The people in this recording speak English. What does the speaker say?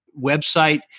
website